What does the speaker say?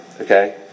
okay